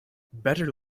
better